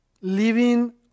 living